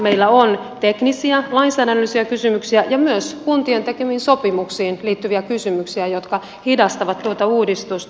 meillä on teknisiä lainsäädännöllisiä kysymyksiä ja myös kuntien tekemiin sopimuksiin liittyviä kysymyksiä jotka hidastavat tuota uudistusta